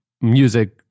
music